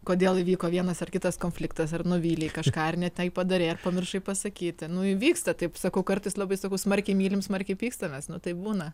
kodėl įvyko vienas ar kitas konfliktas ar nuvylei kažką ar ne taip padarei ar pamiršai pasakyti nu įvyksta taip sakau kartais labai sakau smarkiai mylim smarkiai pykstamės taip būna